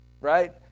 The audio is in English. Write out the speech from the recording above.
right